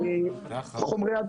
חומרי הדברה,